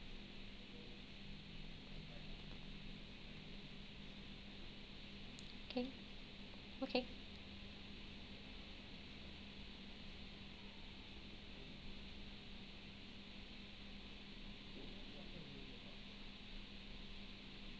okay okay